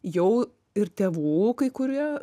jau ir tėvų kai kurie